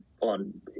on